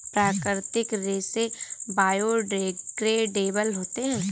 प्राकृतिक रेसे बायोडेग्रेडेबल होते है